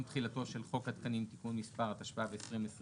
תחילתו של חוק התקנים (תיקון מס'...) התשפ"ב-2021